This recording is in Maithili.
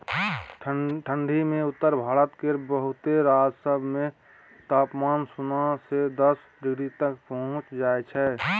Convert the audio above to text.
ठंढी मे उत्तर भारत केर बहुते राज्य सब मे तापमान सुन्ना से दस डिग्री तक पहुंच जाइ छै